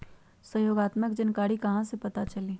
सहयोगात्मक जानकारी कहा से पता चली?